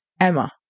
Emma